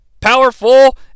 powerful